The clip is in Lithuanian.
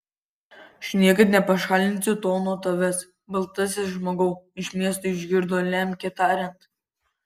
aš niekad nepašalinsiu to nuo tavęs baltasis žmogau iš miesto išgirdo lemkę tariant